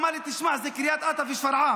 והוא אמר לי שזה קריית אתא ושפרעם.